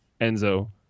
Enzo